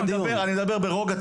אני מדבר ברוגע,